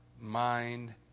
mind